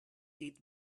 eat